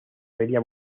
feria